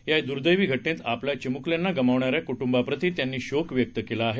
या दुर्दैवी घटनेत आपल्या चिमुकल्यांना गमावणाऱ्या कुटुंबाप्रती त्यांनी शोक व्यक्त केला आहे